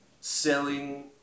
selling